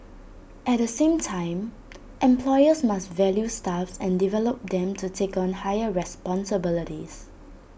at the same time employers must value staff and develop them to take on higher responsibilities